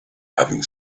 having